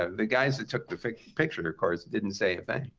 ah the guys that took the picture, of course, didn't say a thing.